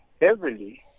heavily